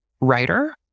writer